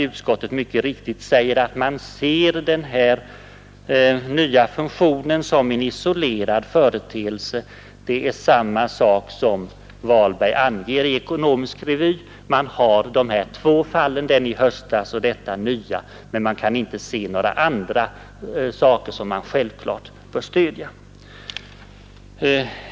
Utskottet säger att man ser den här nya fusionen som en isolerad företeelse. Man kan inte se några andra eventuella sammanslagningar som man självklart bör stödja.